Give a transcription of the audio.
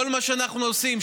כל מה שאנחנו עושים,